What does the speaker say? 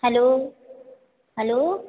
hello hello